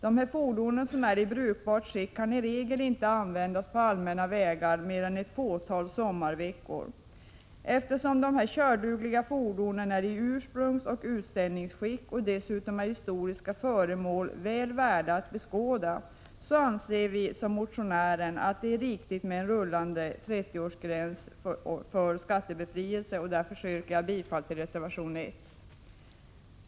De samlarbilar som är i brukbart skick kan i regel inte användas på allmänna vägar mer än några få sommarveckor. Eftersom dessa kördugliga fordon är i ursprungsoch utställningsskick och dessutom är historiska föremål väl värda att beskåda, anser vi som motionären att det är riktigt med en rullande 30-årsgräns för skattebefrielse, och därför yrkar jag bifall till reservation 1.